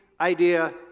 idea